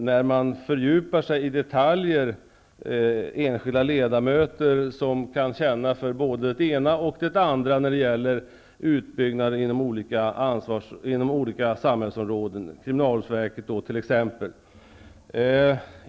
När man fördjupar sig i detaljer finns det väl enskilda ledamöter som kan känna för både det ena och det andra då det gäller utbyggnaden inom olika samhällsområden, t.ex. kriminalvårdsverket.